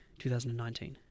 2019